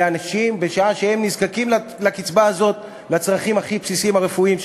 בשעה שהם נזקקים לקצבה הזאת לצרכים הכי בסיסיים הרפואיים שלהם,